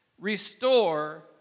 restore